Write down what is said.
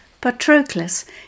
Patroclus